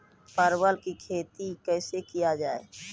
परवल की खेती कैसे किया जाय?